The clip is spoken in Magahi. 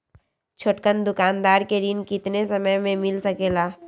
छोटकन दुकानदार के ऋण कितने समय मे मिल सकेला?